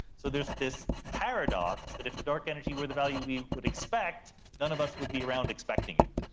so there's this paradox that if the dark energy where the value we would expect, none of us would be around expecting it.